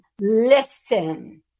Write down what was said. listen